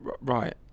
right